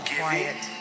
quiet